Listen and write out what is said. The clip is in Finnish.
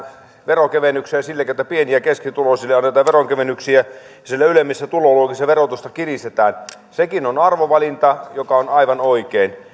veronkevennyksiä sillä tavalla että pieni ja keskituloisille annetaan veronkevennyksiä ja siellä ylemmissä tuloluokissa verotusta kiristetään sekin on arvovalinta joka on aivan oikein